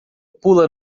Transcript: pula